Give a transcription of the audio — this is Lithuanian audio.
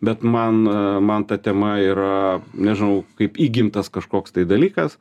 bet man man ta tema yra nežinau kaip įgimtas kažkoks tai dalykas